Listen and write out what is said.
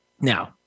Now